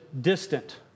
distant